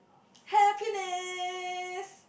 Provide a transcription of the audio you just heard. happiness